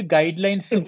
Guidelines